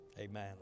amen